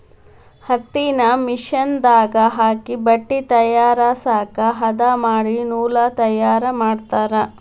ಹತ್ತಿನ ಮಿಷನ್ ದಾಗ ಹಾಕಿ ಬಟ್ಟೆ ತಯಾರಸಾಕ ಹದಾ ಮಾಡಿ ನೂಲ ತಯಾರ ಮಾಡ್ತಾರ